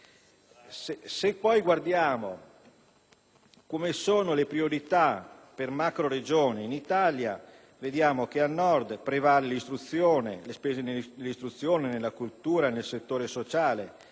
Se poi guardiamo allo stato delle priorità per macro Regioni in Italia, vediamo che al Nord prevalgono le spese nell'istruzione, nella cultura e nel settore sociale;